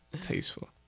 Tasteful